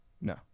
No